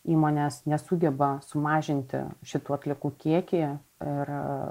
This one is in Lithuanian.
įmonės nesugeba sumažinti šitų atliekų kiekį ir